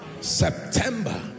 September